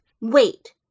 Wait